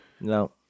No